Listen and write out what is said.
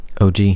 og